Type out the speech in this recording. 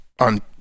on